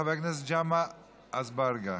חבר הכנסת ג'מעה אזברגה,